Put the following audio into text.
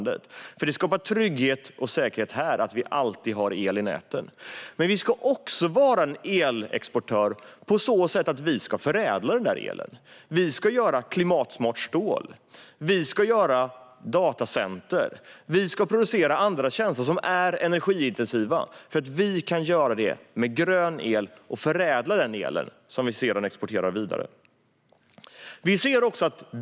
Det skapar trygghet och säkerhet att vi alltid har el i näten. Dels ska vi vara en elexportör på så sätt att vi ska förädla elen. Vi ska göra klimatsmart stål, inrätta datacenter och producera tjänster som är energiintensiva, för vi kan göra det med grön el som vi sedan exporterar vidare.